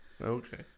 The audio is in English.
Okay